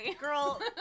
Girl